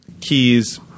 keys